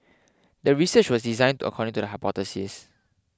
the research was designed according to the hypothesis